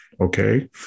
Okay